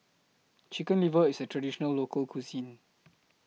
Chicken Liver IS A Traditional Local Cuisine